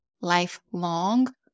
lifelong